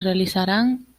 realizarán